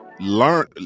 learn